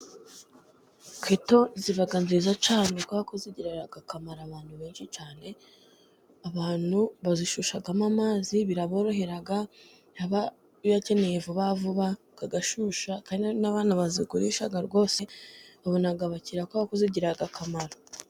Keto ziba nziza cyane kuko zigirira akamaro abantu benshi cyane, abantu bazishyushyamo amazi, biraborohera niba bayakeneye vuba vuba kagashyushya, kandi n'abantu bazigurisha rwose babona abakiriya kuko zigirira akamaro.